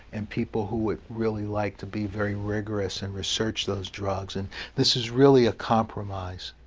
and people who would really like to be very rigorous and research those drugs. and this is really a compromise.